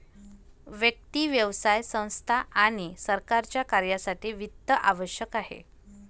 व्यक्ती, व्यवसाय संस्था आणि सरकारच्या कार्यासाठी वित्त आवश्यक आहे